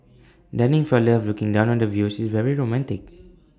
dining for love looking down on the views is very romantic